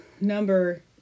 number